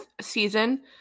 season